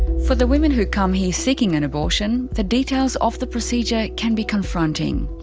for the women who come here seeking an abortion, the details of the procedure can be confronting.